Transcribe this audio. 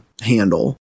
handle